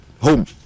home